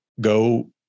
go